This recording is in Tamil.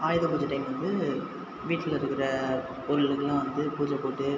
ஆயுதபூஜை டைம் வந்து வீட்டில் இருக்கிற பொருளுக்கெலாம் வந்து பூஜை போட்டு